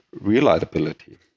reliability